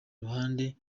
ruhande